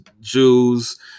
Jews